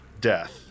death